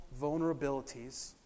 vulnerabilities